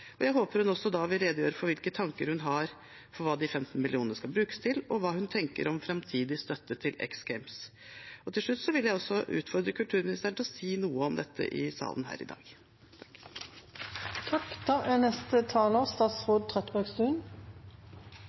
og jeg håper hun da også vil redegjøre for hvilke tanker hun har om hva de 15 mill. kr skal brukes til, og hva hun tenker om framtidig støtte til X Games. Til slutt vil jeg også utfordre kulturministeren til å si noe om dette i salen her i dag. Det er altså slik at SAHR Production AS, som er